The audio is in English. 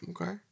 Okay